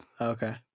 Okay